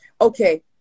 okay